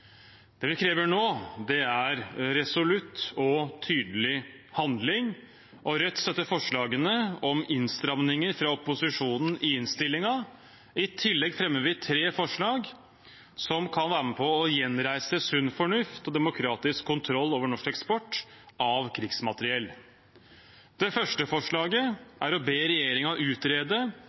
Det vi krever nå, er resolutt og tydelig handling, og Rødt støtter forslagene om innstramninger fra opposisjonen i innstillingen. I tillegg fremmer vi tre forslag som kan være med på å gjenreise sunn fornuft og demokratisk kontroll over norsk eksport av krigsmateriell. Det første forslaget er å be regjeringen utrede